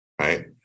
right